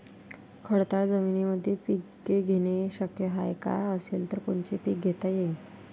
खडकाळ जमीनीमंदी पिके घेणे शक्य हाये का? असेल तर कोनचे पीक घेता येईन?